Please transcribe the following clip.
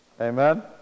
amen